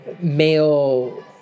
Male